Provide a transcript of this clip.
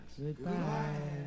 goodbye